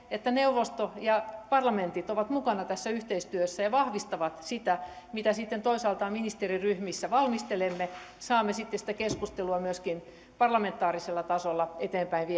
että neuvosto ja parlamentit ovat mukana tässä yhteistyössä ja vahvistavat sitä mitä sitten toisaalta ministeriryhmissä valmistelemme ja saamme sitten sitä keskustelua myöskin parlamentaarisella tasolla eteenpäin